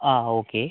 ആ ഓക്കേ